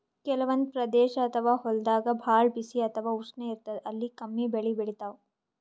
ಕೆಲವಂದ್ ಪ್ರದೇಶ್ ಅಥವಾ ಹೊಲ್ದಾಗ ಭಾಳ್ ಬಿಸಿ ಅಥವಾ ಉಷ್ಣ ಇರ್ತದ್ ಅಲ್ಲಿ ಕಮ್ಮಿ ಬೆಳಿ ಬೆಳಿತಾವ್